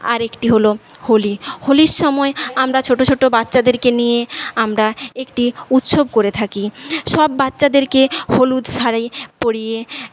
আর একটি হল হোলি হোলির সময় আমরা ছোটো ছোটো বাচ্চাদেরকে নিয়ে আমরা একটি উৎসব করে থাকি সব বাচ্চাদেরকে হলুদ শাড়ি পরিয়ে